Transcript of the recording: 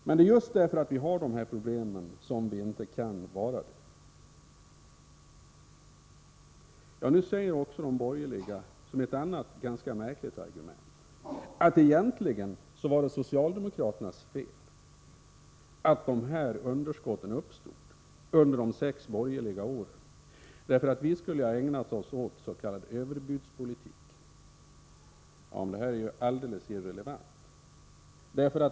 Men det är just på grund av att vi har de underskotten som vi inte kan vara det. Nu säger de borgerliga — det är ett annat, ganska märkligt argument — att det egentligen var socialdemokraternas fel att underskotten uppstod under de sex borgerliga åren; vi skulle ha ägnat oss åt s.k. överbudspolitik. Men det är ju alldeles irrelevant.